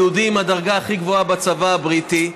היהודי עם הדרגה הכי גבוהה בצבא הבריטי.